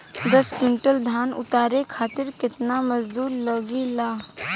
दस क्विंटल धान उतारे खातिर कितना मजदूरी लगे ला?